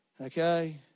Okay